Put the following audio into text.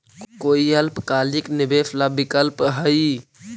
कोई अल्पकालिक निवेश ला विकल्प हई?